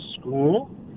school